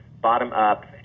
bottom-up